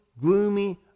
gloomy